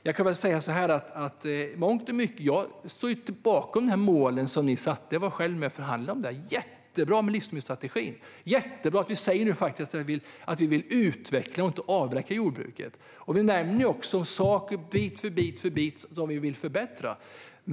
Jag står bakom de mål som ni satte; jag var själv med och förhandlade om detta. Det är jättebra med livsmedelsstrategin och att vi nu säger att vi vill utveckla jordbruket i stället för att avveckla det. Du nämner också saker som vi - bit för bit - vill förbättra.